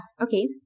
okay